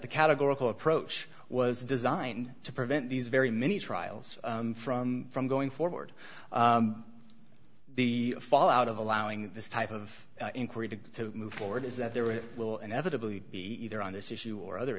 the categorical approach was designed to prevent these very many trials from from going forward the fallout of allowing this type of inquiry to move forward is that there will inevitably be either on this issue or other